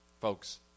folks